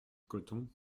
coton